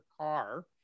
car